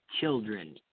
children